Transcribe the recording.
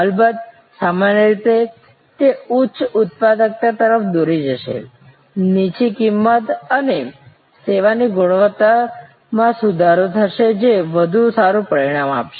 અલબત્ત સામાન્ય રીતે તે ઉચ્ચ ઉત્પાદકતા તરફ દોરી જશે નીચી કિંમત અને સેવાની ગુણવત્તામાં સુધારો થશે જે વધુ સારું પરિણામ આપશે